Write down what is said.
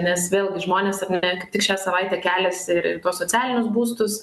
nes vėl gi žmonės rengt tik šią savaitę keliasi ir į tuos socialinius būstus